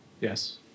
Yes